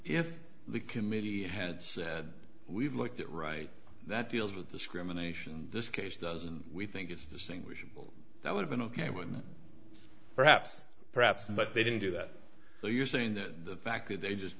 if the committee had said we've looked at right that deals with discrimination this case doesn't we think it's distinguishable that would've been ok with perhaps perhaps but they didn't do that so you're saying that the fact that they just